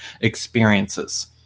experiences